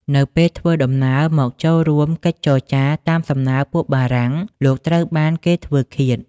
នៅពេលធ្វើដំណើរមកចូលរួមកិច្ចចរចាតាមសំណើពួកបារាំង លោកត្រូវបានគេធ្វើឃាត។